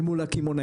אל מול הקמעונאים.